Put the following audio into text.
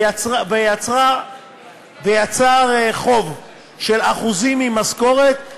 וזה יצר חוב של אחוזים ממשכורת,